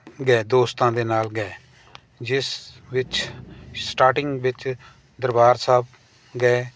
ਗਏ ਦੋਸਤਾਂ ਦੇ ਨਾਲ ਗਏ ਜਿਸ ਵਿੱਚ ਸਟਾਟਿੰਗ ਵਿੱਚ ਦਰਬਾਰ ਸਾਹਿਬ ਗਏ